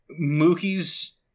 Mookie's